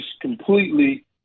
completely